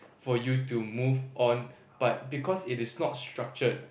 for you to move on but because it is not structured